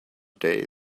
day